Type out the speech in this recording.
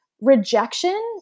rejection